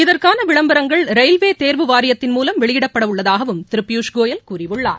இதற்கான விளம்பரங்கள் ரயில்வே தேர்வு வாரியத்தின் மூலம் வெளியிடப்பட உள்ளதாகவும் திரு பியூஷ் கோயல் கூறியுள்ளார்